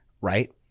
right